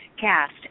cast